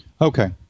Okay